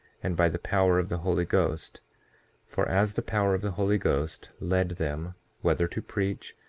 and by the power of the holy ghost for as the power of the holy ghost led them whether to preach,